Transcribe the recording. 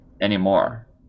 anymore